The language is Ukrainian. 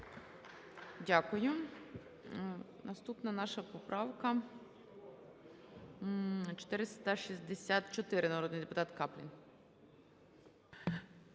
Дякую. Наступна наша поправка 464. Народний депутат Каплін.